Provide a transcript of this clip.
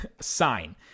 sign